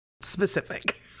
specific